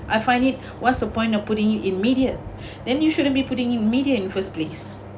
I find it what's the point of putting it in media then you shouldn't be putting it in media in first place